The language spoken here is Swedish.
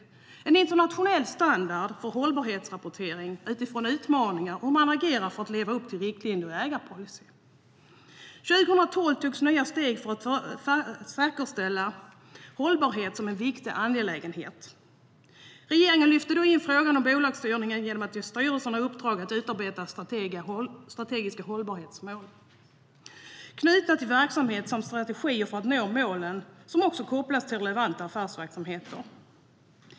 Det är en internationell standard för hållbarhetsrapportering utifrån utmaningar om hur man agerar för att leva upp till riktlinjerna i ägarpolicyn. År 2012 togs nya steg för att säkerställa hållbarhet som en viktig angelägenhet. Regeringen lyfte då in frågan i bolagsstyrningen genom att ge styrelserna uppdraget att utarbeta strategiska hållbarhetsmål knutna till verksamheten samt strategier för att nå målen som också kopplas till relevanta affärsverksamheter.